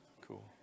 Cool